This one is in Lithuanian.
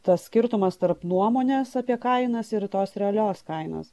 tas skirtumas tarp nuomonės apie kainas ir tos realios kainos